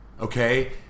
Okay